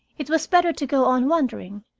it was better to go on wondering,